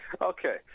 okay